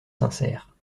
sincère